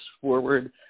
forward